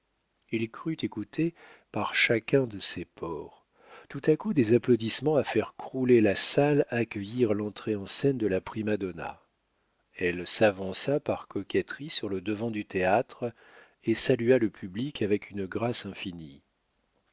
il crut écouter par chacun de ses pores tout à coup des applaudissements à faire crouler la salle accueillirent l'entrée en scène de la prima donna elle s'avança par coquetterie sur le devant du théâtre et salua le public avec une grâce infinie